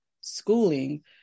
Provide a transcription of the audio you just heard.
schooling